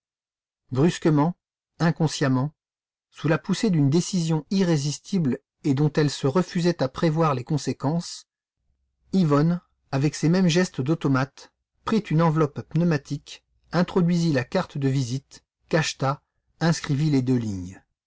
brusquement inconsciemment sous la poussée d'une décision irrésistible et dont elle se refusait à prévoir les conséquences yvonne avec ses mêmes gestes d'automate prit une enveloppe pneumatique introduisit la carte de visite cacheta inscrivit les deux lignes